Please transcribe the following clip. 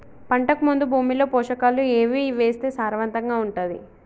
పంటకు ముందు భూమిలో పోషకాలు ఏవి వేస్తే సారవంతంగా ఉంటది?